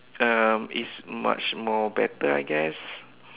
um is much more better I guess